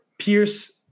Pierce